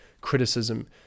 criticism